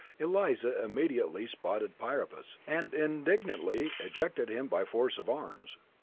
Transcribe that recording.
eliza immediately spotted priapus, and indignantly ejected him by force of arms.